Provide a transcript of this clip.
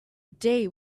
day